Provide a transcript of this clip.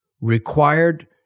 required